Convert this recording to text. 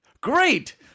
Great